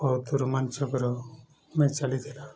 ବହୁତ ରୋମାଞ୍ଚକର ମେ ଚାଲିଥିଲା